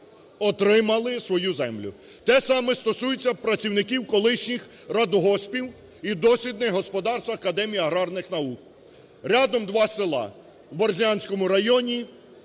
отримали свою землю. Те саме стосується працівників колишніх радгоспів і дослідних господарств Академії аграрних наук. Рядом два села, в Борзнянському районі